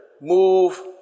move